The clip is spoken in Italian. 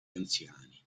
anziani